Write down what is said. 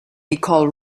nicole